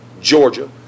Georgia